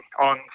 on